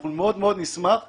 נשמח מאוד.